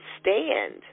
stand